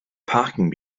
parking